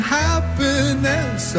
happiness